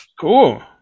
cool